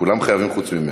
כולם חייבים חוץ ממך.